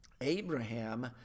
Abraham